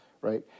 right